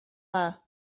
dda